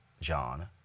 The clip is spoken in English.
john